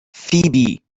فیبی